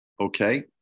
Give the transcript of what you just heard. Okay